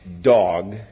dog